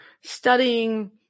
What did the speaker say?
studying